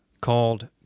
called